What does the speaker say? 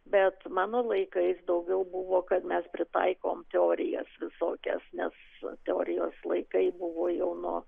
bet mano laikais daugiau buvo kad mes pritaikom teorijas visokias nes teorijos laikai buvo jau nuo